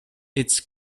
its